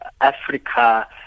Africa